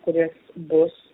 kuris bus